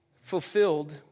fulfilled